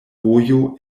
vojo